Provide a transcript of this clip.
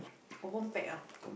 confirm pack ah